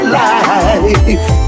life